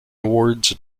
awards